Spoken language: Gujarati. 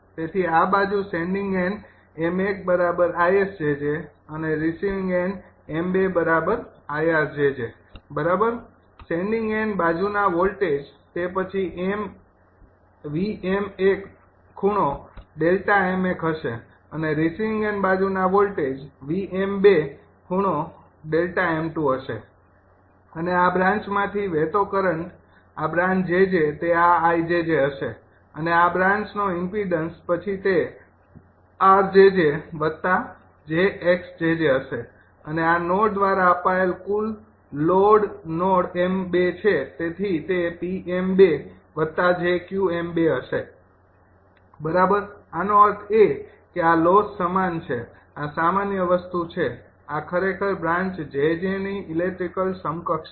તેથી આ બાજુ સેંડિંગ એન્ડ નોડ 𝑚૧𝐼𝑆𝑗𝑗 છે અને રિસીવિંગ એન્ડ નોડ 𝑚૨𝐼𝑅𝑗𝑗 બરાબર સેંડિંગ એન્ડ બાજુના વોલ્ટેજ તે પછી હશે અને રિસીવિંગ એન્ડ બાજુના વોલ્ટેજ હશે અને આ બ્રાંચમાંથી વહેતો કરંટ આ બ્રાન્ચ 𝑗𝑗 તે આ 𝐼𝑗𝑗 હશે અને આ બ્રાન્ચ નો ઇમ્પીડન્સ પછી તે 𝑟𝑗𝑗𝑗𝑥𝑗𝑗 હશે અને આ નોડ દ્વારા અપાયેલ કુલ લોડ નોડ 𝑚૨ છે તેથી તે 𝑃𝑚૨𝑗𝑄𝑚૨ હશે બરાબર આનો અર્થ એ કે આ લોસ સમાન છે આ સામાન્ય વસ્તુ છે આ ખરેખર બ્રાન્ચ 𝑗𝑗 ની ઇલેક્ટ્રિકલ સમકક્ષ છે